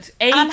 Eight